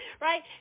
right